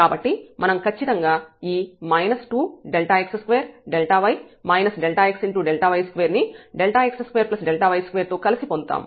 కాబట్టి మనం ఖచ్చితంగా ఈ 2Δx2Δy ΔxΔy2 ను Δx2Δy2 తో కలిపి పొందుతాము